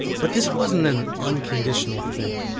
but this wasn't an unconditional thing.